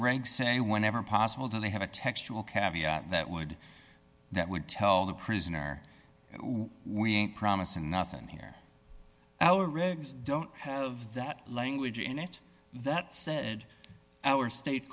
regs say whenever possible don't they have a textual kaviak that would that would tell the prisoner we ain't promising nothing here our rigs don't have that language in it that said our state